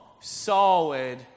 solid